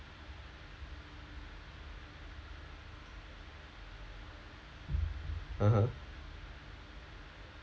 (uh huh)